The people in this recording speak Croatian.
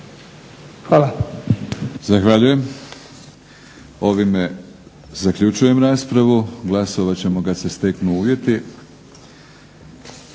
(HNS)** Zahvaljujem. Ovime zaključujem raspravu. Glasovat ćemo kada se steknu uvjeti.